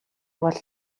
бол